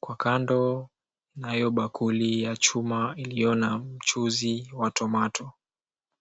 kwa kando nayo bakuli ya chuma iliyo na mchuzi wa tomato .